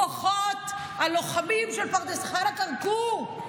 כוחות הלוחמים של פרדס חנה, כרכור.